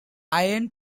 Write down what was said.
iron